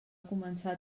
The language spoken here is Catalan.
començar